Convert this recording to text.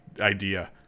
idea